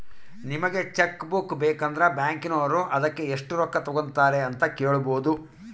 ನಿಮಗೆ cheque book ಬೇಕಂದ್ರ ಬ್ಯಾಕಿನೋರು ಅದಕ್ಕೆ ಎಷ್ಟು ರೊಕ್ಕ ತಂಗತಾರೆ ಅಂತ ಕೇಳಬೊದು